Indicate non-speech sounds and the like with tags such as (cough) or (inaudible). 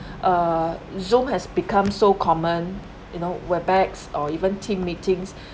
uh zoom has become so common you know webex or even team meetings (breath)